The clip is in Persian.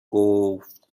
گفت